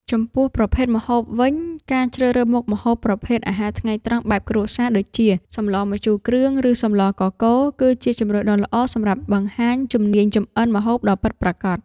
ចំពោះប្រភេទម្ហូបវិញ ការជ្រើសរើសមុខម្ហូបប្រភេទអាហារថ្ងៃត្រង់បែបគ្រួសារ ដូចជា សម្លម្ជូរគ្រឿង ឬសម្លកកូរ គឺជាជម្រើសដ៏ល្អសម្រាប់បង្ហាញជំនាញចម្អិនម្ហូបដ៏ពិតប្រាកដ។